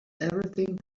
everything